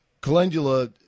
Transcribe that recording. Calendula